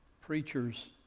preachers